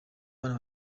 imana